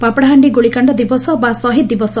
ପାପଡ଼ାହାଣ୍ଡି ଗୁଳିକାଣ୍ଡ ଦିବସ ବା ଶହୀଦ୍ ଦିବସ